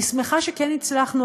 אני שמחה שכן הצלחנו,